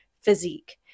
physique